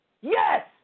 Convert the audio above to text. Yes